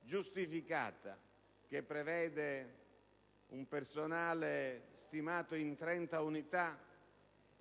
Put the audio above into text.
giustificata che prevede un personale stimato in 30 unità,